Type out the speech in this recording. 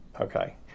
okay